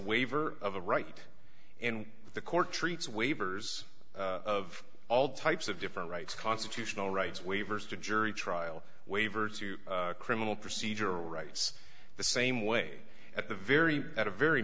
waiver of a right and the court treats waivers of all types of different rights constitutional rights waivers to jury trial waiver to criminal procedural rights the same way at the very at a very